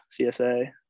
CSA